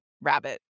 rabbit